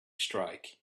strike